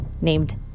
named